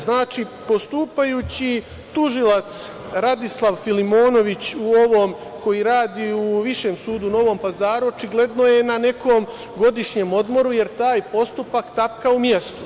Znači, postupajući tužilac Radislav Filimonović, koji radi u Višem sudu u Novom Pazaru, očigledno je na nekom godišnjem odmoru, jer taj postupak tapka u mestu.